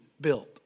built